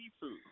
seafood